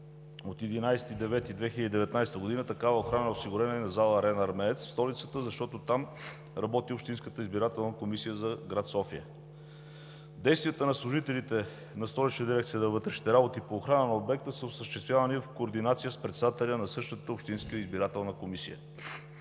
2019 г. такава охрана е осигурена в зала „Арена Армеец“ в столицата, защото там работи Общинската избирателна комисия за град София. Действията на служителите на Столична дирекция на вътрешните работи по охрана на обекта са осъществявани в координация с председателя на същата Общинска избирателна комисия.